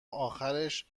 آخرش